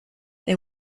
they